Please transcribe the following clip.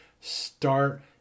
Start